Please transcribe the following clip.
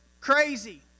crazy